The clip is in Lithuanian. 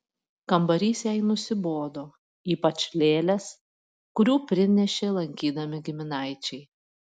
kambarys jai nusibodo ypač lėlės kurių prinešė lankydami giminaičiai